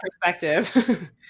perspective